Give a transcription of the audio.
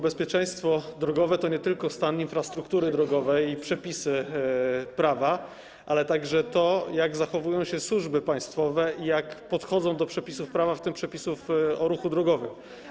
Bezpieczeństwo drogowe to nie tylko stan infrastruktury drogowej i przepisy prawa, ale także to, jak zachowują się służby państwowe i jak podchodzą do przepisów prawa, w tym przepisów o ruchu drogowym.